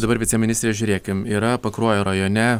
dabar viceministrė žiūrėkim yra pakruojo rajone